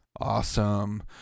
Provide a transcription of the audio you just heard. awesome